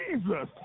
Jesus